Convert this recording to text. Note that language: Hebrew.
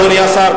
אדוני השר,